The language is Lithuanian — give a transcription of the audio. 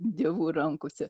dievų rankose